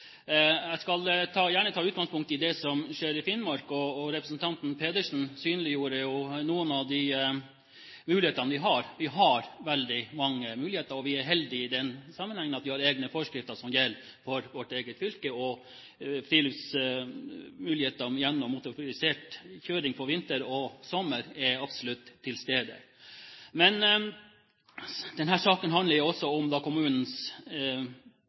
Jeg skal ta utgangspunkt i det som skjer i Finnmark. Representanten Pedersen synliggjorde noen av de mulighetene vi har. Vi har veldig mange muligheter, og vi er heldige på den måten at vi har egne forskrifter som gjelder for vårt eget fylke, og friluftsmulighetene gjennom motorisert kjøring på vinter og sommer er absolutt til stede. Denne saken handler også om kommunens